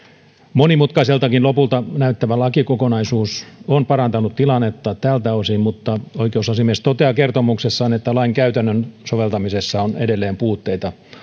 monimutkaiseltakin lopulta näyttävä lakikokonaisuus on parantanut tilannetta tältä osin mutta oikeusasiamies toteaa kertomuksessaan että lain käytännön soveltamisessa on edelleen puutteita